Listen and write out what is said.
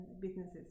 businesses